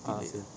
ah same